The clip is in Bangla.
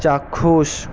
চাক্ষুষ